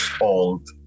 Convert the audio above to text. Old